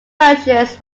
versions